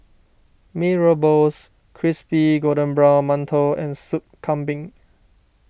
Mee Rebus Crispy Golden Brown Mantou and Soup Kambing